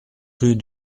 rue